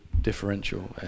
differential